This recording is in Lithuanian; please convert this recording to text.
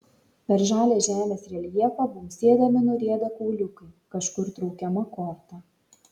per žalią žemės reljefą bumbsėdami nurieda kauliukai kažkur traukiama korta